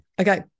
Okay